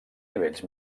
nivells